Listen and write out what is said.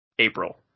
April